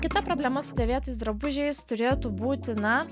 kita problema su dėvėtais drabužiais turėtų būti na